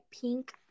pink